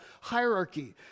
hierarchy